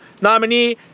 nominee